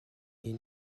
est